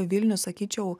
vilnius sakyčiau